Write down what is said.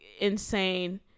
insane